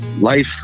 Life